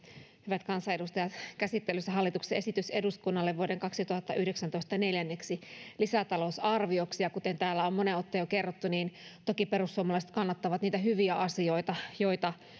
hyvät kansanedustajat käsittelyssä on hallituksen esitys eduskunnalle vuoden kaksituhattayhdeksäntoista neljänneksi lisätalousarvioksi ja kuten täällä on moneen otteeseen jo kerrottu niin toki perussuomalaiset kannattavat niitä hyviä asioita joita